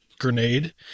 grenade